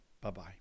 Bye-bye